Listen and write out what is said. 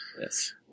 Yes